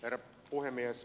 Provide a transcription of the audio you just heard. herra puhemies